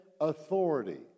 authority